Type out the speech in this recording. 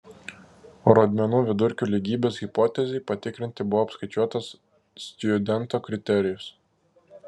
rodmenų vidurkių lygybės hipotezei patikrinti buvo apskaičiuotas stjudento kriterijus